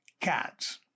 Cats